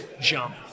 jump